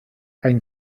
ein